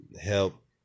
help